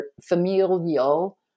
familial